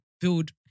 build